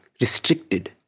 restricted